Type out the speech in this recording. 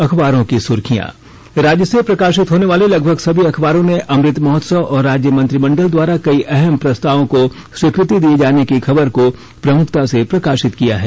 अखबारों की सुर्खियां राज्य से प्रकाशित होने वाले लगभग सभी अखबारों ने अमृत महोत्सव और राज्य मंत्रिमंडल द्वारा कई अहम प्रस्तावों को स्वीकृति दिए जाने की खबर को प्रमुखता से प्रकाशित किया है